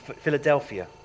Philadelphia